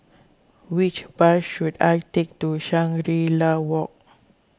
which bus should I take to Shangri La Walk